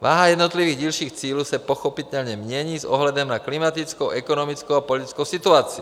Váha jednotlivých dílčích cílů se pochopitelně mění s ohledem na klimatickou, ekonomickou a politickou situaci.